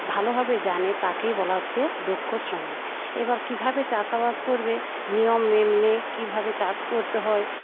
ভালোভাবে জানে তাকেই বলা হচ্ছে দক্ষ শ্রমিক এবার কীভাবে চাষাবাদ করবে নিয়ম মেনে কিভাবে চাষ করতে হয়